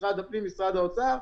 משרד הפנים ומשרד האוצר,